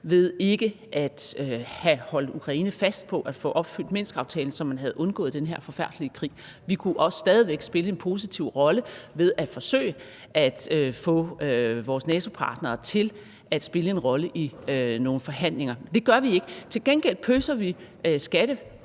ved ikke at have holdt Ukraine fast på at overholde Minskaftalen, så man havde undgået den her forfærdelige krig. Vi kunne også stadig væk spille en positiv rolle ved at forsøge at få vores NATO-partnere til at spille en rolle i nogle forhandlinger, men det gør vi ikke. Til gengæld pøser vi skattekroner